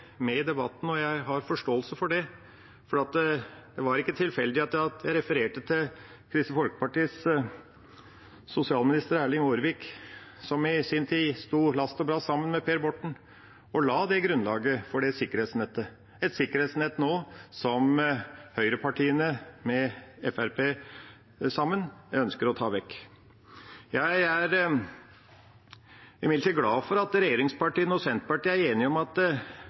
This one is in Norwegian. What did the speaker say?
tilfeldig at jeg refererte til Kristelig Folkepartis tidligere sosialminister Egil Aarvik, som i sin tid sto last og brast sammen med Per Borten og la grunnlaget for det sikkerhetsnettet, et sikkerhetsnett som høyrepartiene sammen med Fremskrittspartiet nå ønsker å ta vekk. Jeg er imidlertid glad for at regjeringspartiene og Senterpartiet er enige om at